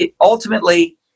Ultimately